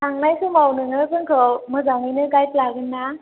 लांनाय समाव नोङो जोंखौ मोजाङैनो गाइड लागोन ना